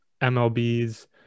MLB's